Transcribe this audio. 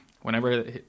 Whenever